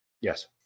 Yes